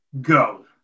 go